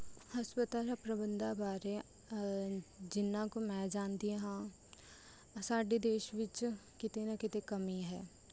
ਹਸਪਤਾਲਾਂ ਪ੍ਰਬੰਧਾ ਬਾਰੇ ਜਿੰਨਾ ਕੁ ਮੈਂ ਜਾਣਦੀ ਹਾਂ ਸਾਡੇ ਦੇਸ਼ ਵਿੱਚ ਕਿਤੇ ਨਾ ਕਿਤੇ ਕਮੀ ਹੈ